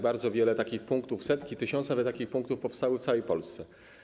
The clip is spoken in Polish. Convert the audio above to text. Bardzo wiele takich punktów, setki, tysiące takich punktów powstało w całej Polsce.